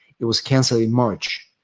it was canceled in march.